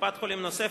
(קופת-חולים נוספת,